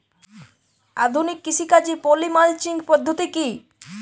আধুনিক কৃষিকাজে poly mulching পদ্ধতি কি?